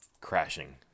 crashing